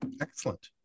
excellent